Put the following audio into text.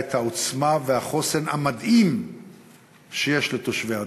את העוצמה והחוסן המדהים של תושבי הדרום,